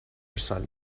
ارسال